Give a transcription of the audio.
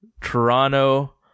Toronto